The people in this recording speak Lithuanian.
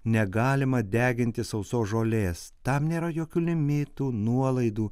negalima deginti sausos žolės tam nėra jokių limitų nuolaidų